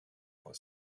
for